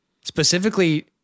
Specifically